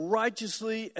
righteously